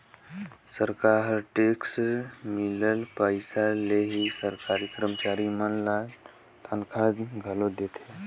सरकार ह टेक्स ले मिलल पइसा ले ही सरकारी करमचारी मन ल तनखा घलो देथे